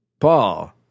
Paul